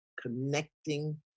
connecting